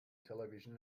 television